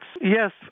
yes